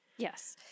Yes